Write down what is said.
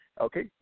okay